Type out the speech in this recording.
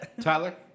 Tyler